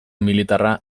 militarra